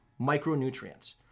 micronutrients